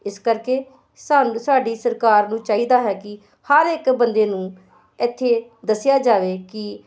ਇਸ ਕਰਕੇ ਸਾਨੂੰ ਸਾਡੀ ਸਰਕਾਰ ਨੂੰ ਚਾਹੀਦਾ ਹੈ ਕਿ ਹਰ ਇੱਕ ਬੰਦੇ ਨੂੰ ਇੱਥੇ ਦੱਸਿਆ ਜਾਵੇ ਕਿ